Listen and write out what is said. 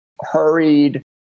hurried